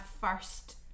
first